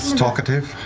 talkative,